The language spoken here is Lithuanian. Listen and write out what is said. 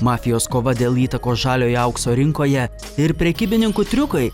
mafijos kova dėl įtakos žaliojo aukso rinkoje ir prekybininkų triukai